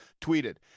tweeted